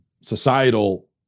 societal